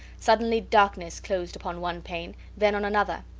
suddenly darkness closed upon one pane, then on another.